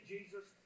Jesus